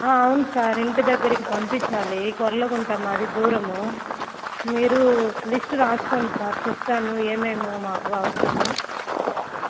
అవును సార్ ఇంటిదగ్గరకి పంపించాలి కొర్ల గుంట మాది దూరము మీరు లిస్ట్ రాసుకోండి సార్ చెప్తాను ఏమేమో మాకు అవసరము